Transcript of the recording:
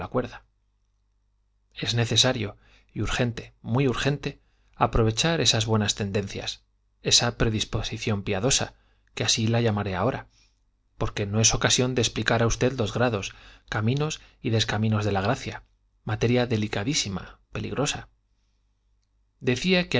es necesario y urgente muy urgente aprovechar esas buenas tendencias esa predisposición piadosa que así la llamaré ahora porque no es ocasión de explicar a usted los grados caminos y descaminos de la gracia materia delicadísima peligrosa decía